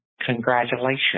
congratulations